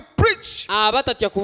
preach